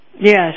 Yes